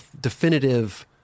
definitive